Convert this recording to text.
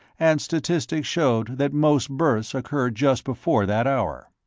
and statistics showed that most births occurred just before that hour.